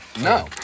No